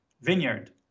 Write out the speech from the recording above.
vineyard